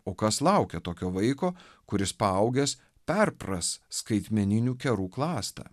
o kas laukia tokio vaiko kuris paaugęs perpras skaitmeninių kerų klastą